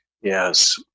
Yes